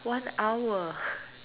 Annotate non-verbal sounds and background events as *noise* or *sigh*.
one hour *laughs*